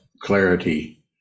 clarity